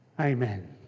Amen